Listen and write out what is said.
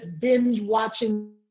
binge-watching